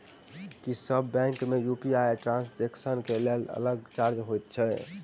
की सब बैंक मे UPI transaction केँ लेल अलग चार्ज होइत अछि?